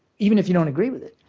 even if you don't agree with it,